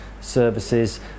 services